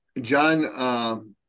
John